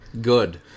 Good